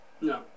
No